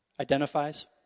Identifies